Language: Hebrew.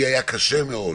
היה לי קשה מאוד